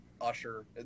usher